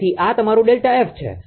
તેથી આ તમારું ΔF છે